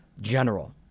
general